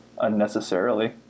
unnecessarily